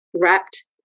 wrapped